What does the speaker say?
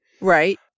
Right